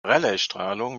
raleighstrahlung